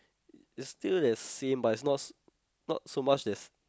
it's still the same but it's not not so much that's